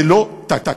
זה לא תקין.